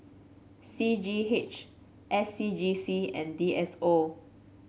C G H S C G C and D S O